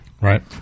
Right